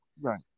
Right